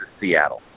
Seattle